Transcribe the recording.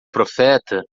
profeta